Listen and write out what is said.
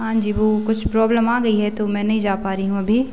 हाँ जी वह कुछ प्रॉब्लम आ गई है तो मैं नहीं जा पा रही हूँ अभी